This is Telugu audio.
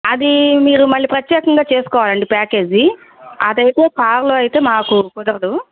అది మీరు మళ్ళీ ప్రత్యేకంగా చేసుకోవాలండి ప్యాకేజీ అదైతే పాసులో అయితే మాకు కుదరదు